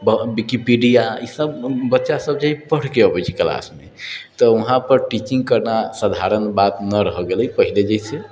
Wikipedia ई सभ बच्चा सभ जे हइ पढ़के अबैत छै क्लासमे तऽ वहाँ पर टीचिङ्ग करना साधारण बात नहि रहि गेलै पहिले जइसे